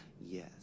yes